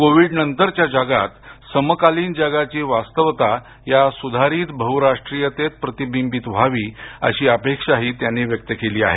Covid नंतरच्या जगात समकालीन जगाची वास्तवता या सुधारित बहुराष्ट्रीयतेत प्रतिबिंबित व्हावी अशी अपेक्षाही त्यांनी व्यक्त केली आहे